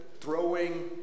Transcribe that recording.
throwing